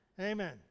Amen